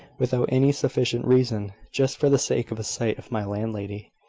without any sufficient reason, just for the sake of a sight of my landlady.